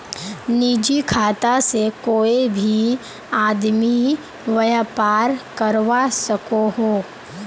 निजी खाता से कोए भी आदमी व्यापार करवा सकोहो